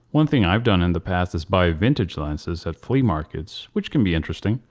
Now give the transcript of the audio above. one thing i've done in the past is buy vintage lenses at flea markets which can be interesting.